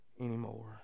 anymore